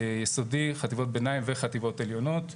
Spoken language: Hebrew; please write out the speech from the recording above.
יסודי, חטיבות ביניים וחטיבות עליונות.